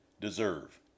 deserve